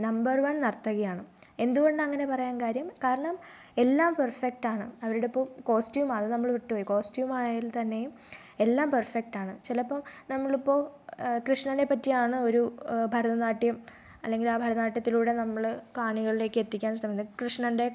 number one നർത്തകിയാണ് എന്തുകൊണ്ടാണ് അങ്ങനെ പറയാൻ കാര്യം കാരണം എല്ലാം പെർഫെക്റ്റ് ആണ് അവരുടെ പോ കോസ്റ്റ്യൂം അത് നമ്മൾ വിട്ട് പോയി കോസ്റ്റ്യൂം ആയാൽ തന്നെയും എല്ലാം പെർഫെക്റ്റ് ആണ് ചിലപ്പോൾ നമ്മൾ ഇപ്പോൾ കൃഷ്ണനെ പറ്റിയാണ് ഒരു ഭരതനാട്യം അല്ലെങ്കിൽ ആ ഭരതനാട്യത്തിലൂടെ നമ്മൾ കാണികളിലേക്ക് എത്തിക്കാൻ ശ്രമിക്കുന്നത് കൃഷ്ണൻ്റെ